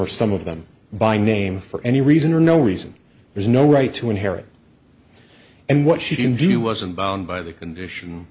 or some of them by name for any reason or no reason there's no right to inherit and what she didn't do wasn't bound by the condition